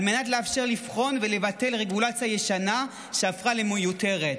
מנת לאפשר לבחון ולבטל רגולציה ישנה שהפכה למיותרת.